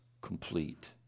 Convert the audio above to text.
complete